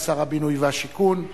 גם שר הבינוי והשיכון.